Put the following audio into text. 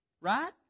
Right